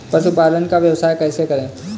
पशुपालन का व्यवसाय कैसे करें?